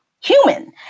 human